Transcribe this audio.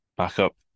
backup